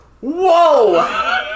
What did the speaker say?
Whoa